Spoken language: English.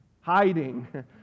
hiding